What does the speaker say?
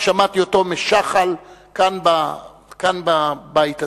שמעתי אותו משחל כאן בבית הזה,